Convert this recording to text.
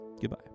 Goodbye